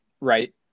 right